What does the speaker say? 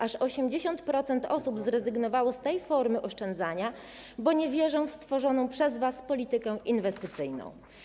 Aż 80% osób zrezygnowało z tej formy oszczędzania, bo nie wierzą one w przygotowaną przez was politykę inwestycyjną.